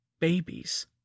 Babies